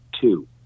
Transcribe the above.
two